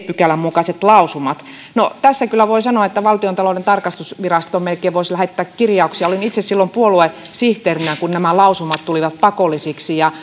pykälän mukaiset lausumat no tässä kyllä voi sanoa että valtiontalouden tarkastusvirastoon melkein voisi lähettää kirjauksia olin itse silloin puoluesihteerinä kun nämä lausumat tulivat pakollisiksi ja